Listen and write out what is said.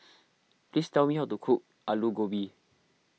please tell me how to cook Aloo Gobi